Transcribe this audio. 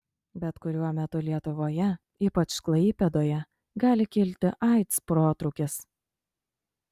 bet kuriuo metu lietuvoje ypač klaipėdoje gali kilti aids protrūkis